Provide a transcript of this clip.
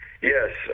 Yes